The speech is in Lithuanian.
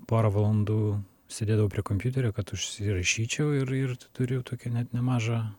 porą valandų sėdėdavau prie kompiuterio kad užsirašyčiau ir ir turiu jau tokį net nemažą